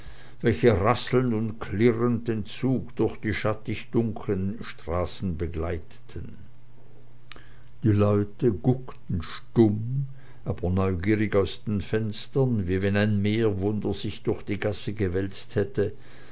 welche rasselnd und klirrend den zug durch die schattig dunklen straßen begleiteten die leute guckten stumm aber neugierig aus den fenstern wie wenn ein meerwunder sich durch die gasse gewälzt hätte